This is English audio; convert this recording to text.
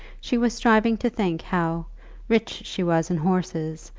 she was striving to think how rich she was in horses,